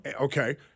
Okay